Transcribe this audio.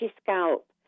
scalp